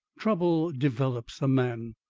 trouble develops a man.